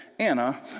Anna